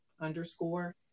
underscore